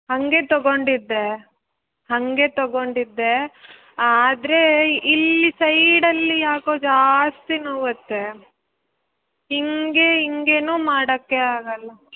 ಹಾಗೆ ತಗೊಂಡಿದ್ದೆ ಹಾಗೆ ತಗೊಂಡಿದ್ದೆ ಆದ್ರೆ ಇಲ್ಲಿ ಸೈಡಲ್ಲಿ ಯಾಕೋ ಜಾಸ್ತಿ ನೋಯುತ್ತೆ ಹೀಗೆ ಹಿಂಗೇನು ಮಾಡೋಕೆ ಆಗೊಲ್ಲ